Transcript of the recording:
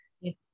yes